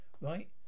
Right